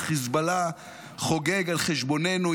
חיזבאללה חוגג על חשבוננו,